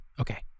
okay